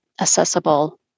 accessible